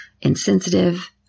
insensitive